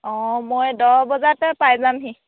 অঁ মই দহ বজাতে পাই যামহি